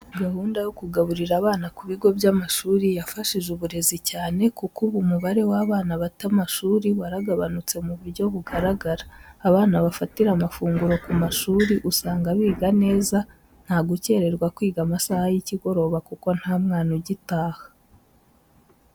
Gahunda yo kugaburira abana ku bigo by'amashuri yafashije uburezi cyane kuko ubu umubare w'abana bata amashuri waragabanutse mu buryo bugaragara. Abana bafatira amafunguro ku mashuri usanga biga neza, nta gukererwa kwiga amasaha y'ikigoroba kuko nta mwana ugitaha.